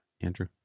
Andrew